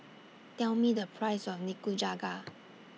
Tell Me The Price of Nikujaga